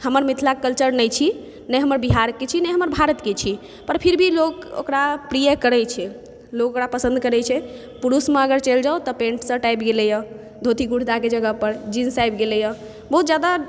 हमर मिथिला कल्चर नहि छी ने हमर बिहारके छी ने हमर भारतके छी पर फिर भी लोक ओकरा प्रिय करै छै लोग ओकरा पसन्द करै छै पुरुषमे अगर चलि जाउ तऽ पैन्ट शर्ट आबि गेलैए धोती कुर्ताके जगहपर जीन्स आबि गेलैए बहुत जादा